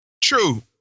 true